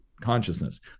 consciousness